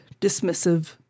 dismissive